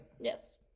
Yes